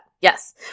Yes